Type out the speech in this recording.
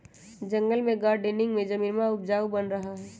जंगल में गार्डनिंग में जमीनवा उपजाऊ बन रहा हई